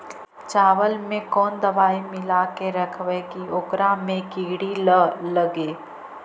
चावल में कोन दबाइ मिला के रखबै कि ओकरा में किड़ी ल लगे?